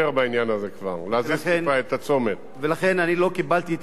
אני לא קיבלתי התייחסות במסגרת התשובה לסעיף הזה בשאילתא.